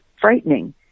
frightening